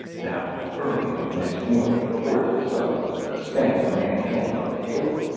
now early on the next morning, before the sun was the span of a man's hand above the hill,